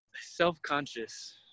self-conscious